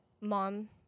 mom